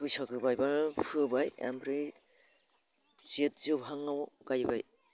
बैसागु बायब्ला फोबाय ओमफ्राय जेथ जोबहाङाव गायबाय